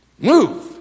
Move